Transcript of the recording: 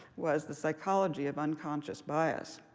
was the psychology of unconscious bias.